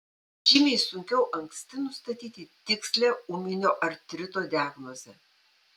žymiai sunkiau anksti nustatyti tikslią ūminio artrito diagnozę